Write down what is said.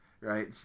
Right